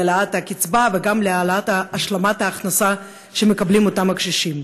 להעלאת הקצבה וגם להעלאת השלמת ההכנסה שמקבלים אותם הקשישים.